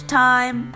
time